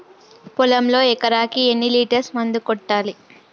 పొలంలో ఎకరాకి ఎన్ని లీటర్స్ మందు కొట్టాలి?